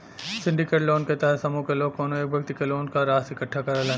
syndicate loan क तहत समूह क लोग कउनो एक व्यक्ति क लोन क राशि इकट्ठा करलन